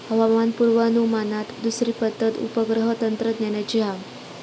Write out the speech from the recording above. हवामान पुर्वानुमानात दुसरी पद्धत उपग्रह तंत्रज्ञानाची हा